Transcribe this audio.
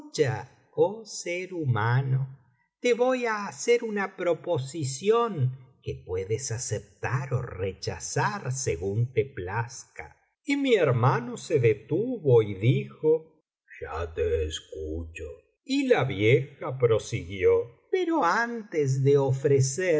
escucha oh ser humano te voy á hacer una proposición que puedes aceptar ó rechazar según te plazca y mi hermano se detuvo y dijo ya te escucho y la vieja prosiguió pero antes de ofrecerte